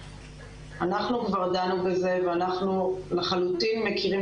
אנחנו כבר דנו בזה ואנחנו לחלוטין מכירים